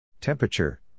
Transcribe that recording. Temperature